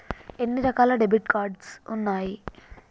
ఎన్ని రకాల debit card ఉన్నాయి?